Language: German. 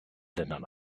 ländern